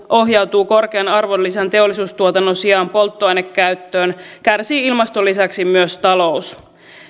ohjautuu korkean arvonlisän teollisuustuotannon sijaan polttoainekäyttöön kärsii ilmaston lisäksi myös talous